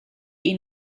ihn